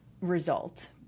result